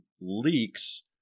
leaks